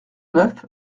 neuf